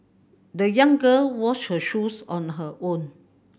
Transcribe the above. the young girl washed her shoes on her own